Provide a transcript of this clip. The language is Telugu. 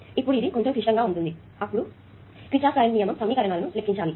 ఇప్పుడు ఇది కొంచెం క్లిష్టంగా ఉంటుంది అప్పుడు కిర్చాఫ్ కరెంట్ నియమము సమీకరణాల ను లెక్కించాలి